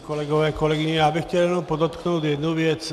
Kolegové, kolegyně, já bych chtěl jenom podotknout jednu věc.